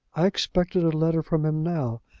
i expected a letter from him now,